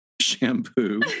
shampoo